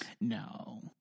No